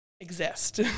exist